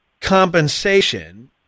compensation